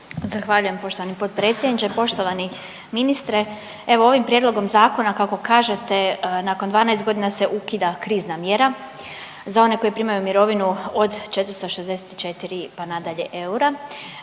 Zahvaljujem poštovani potpredsjedniče. Poštovani ministre, evo ovim prijedlogom zakona, kako kažete, nakon 12 godina se ukida krizna mjera za one koji primaju mirovinu od 464 pa nadalje, eura,